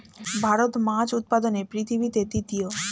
ভারত মাছ উৎপাদনে পৃথিবীতে তৃতীয়